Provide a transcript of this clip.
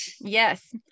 Yes